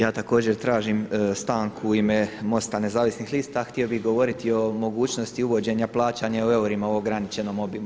Ja također tražim stanku u ime MOST-a Nezavisnih lista, htio bih govoriti o mogućnosti uvođenja plaćanja u eurima u ograničenom obimu.